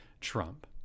Trump